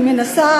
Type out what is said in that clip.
אני מנסה,